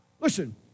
Listen